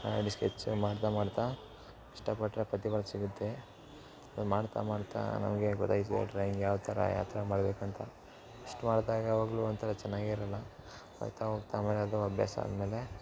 ಅದು ಸ್ಕೆಚ್ ಮಾಡ್ತಾ ಮಾಡ್ತಾ ಕಷ್ಟಪಟ್ಟರೆ ಪ್ರತಿಫಲ ಸಿಗುತ್ತೆ ಮಾಡ್ತಾ ಮಾಡ್ತಾ ನಮಗೆ ಗೊತ್ತಾಯ್ತದೆ ಡ್ರಾಯಿಂಗ್ ಯಾವ ಥರ ಯಾವ ಥರ ಮಾಡ್ಬೇಕು ಅಂತ ಫಸ್ಟ್ ಮಾಡ್ದಾಗ ಯಾವಾಗ್ಲೂ ಒಂಥರ ಚೆನ್ನಾಗಿರೋಲ್ಲ ಹೋಗ್ತಾ ಹೋಗ್ತಾ ಮನೆಯಲ್ಲೂ ಅಭ್ಯಾಸ ಆದಮೇಲೆ